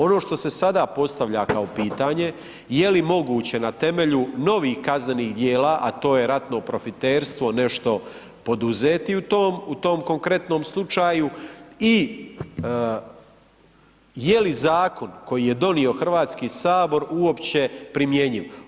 Ono što se sada postavlja kao pitanje, je li moguće na temelju novih kaznenih djela a to je ratno profiterstvo, nešto poduzeti u tom konkretnom slučaju i je li zakon koji je donio Hrvatski sabor uopće primjenjiv?